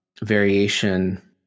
variation